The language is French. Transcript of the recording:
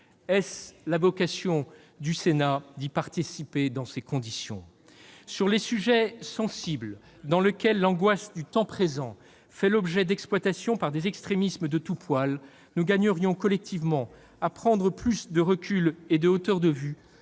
Est-ce la vocation du Sénat d'y participer dans ces conditions ? Absolument ! Sur les sujets sensibles face auxquels l'angoisse du temps présent fait l'objet d'une exploitation par des extrémismes de tout poil, nous gagnerions collectivement à prendre plus de recul et à témoigner